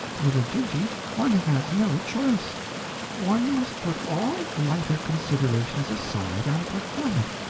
with a duty one has no choice one must put all lighter considerations aside and perform it.